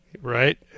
Right